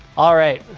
all right,